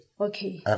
okay